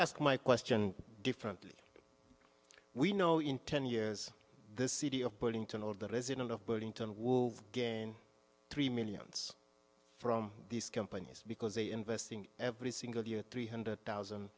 ask my question differently we know in ten years this city of burlington or the resident of burlington will gain three millions from these companies because they invest in every single year three hundred thousand